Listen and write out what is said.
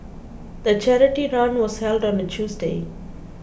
the charity run was held on a Tuesday